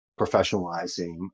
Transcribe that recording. professionalizing